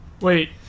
Wait